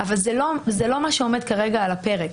אבל זה לא מה שעומד כרגע על הפרק.